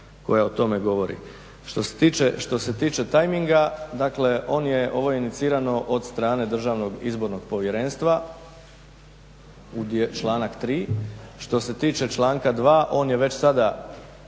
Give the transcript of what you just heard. koja o tome govori. Što se tiče tajminga dakle ovo je inicirano od strane Državnog izbornog povjerenstva tu gdje je članak 3. Što se tiče članka 2. on je već sada